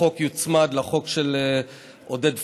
החוק יוצמד לחוק של עודד פורר,